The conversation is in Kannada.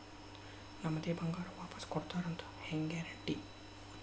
ನಮ್ಮದೇ ಬಂಗಾರ ವಾಪಸ್ ಕೊಡ್ತಾರಂತ ಹೆಂಗ್ ಗ್ಯಾರಂಟಿ?